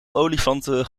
olifanten